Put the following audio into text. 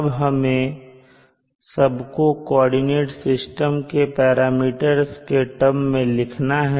अब हमें सबको कोऑर्डिनेट सिस्टम के पैरामीटर्स के टर्म में लिखना है